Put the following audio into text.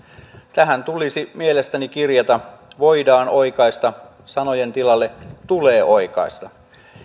tähän tulisi mielestäni kirjata sanojenvoidaan oikaista tilalle tulee oikaista